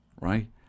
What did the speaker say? right